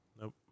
Nope